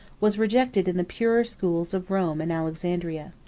was rejected in the purer schools of rome and alexandria.